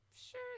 sure